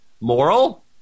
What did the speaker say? Moral